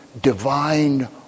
divine